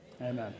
Amen